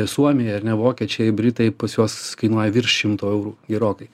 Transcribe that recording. suomiai ar ne vokiečiai britai pas juos kainuoja virš šimto eurų gerokai